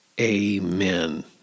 Amen